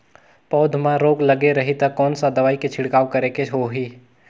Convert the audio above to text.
पौध मां रोग लगे रही ता कोन सा दवाई के छिड़काव करेके होही?